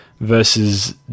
versus